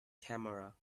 camera